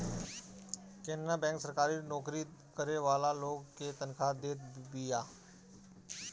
Canara bank सरकारी नोकरी करे वाला लोग के तनखा देत बिया